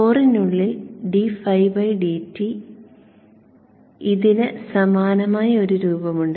കോറിനുള്ളിൽ dφdtഇതിന് സമാനമായ ഒരു രൂപമുണ്ട്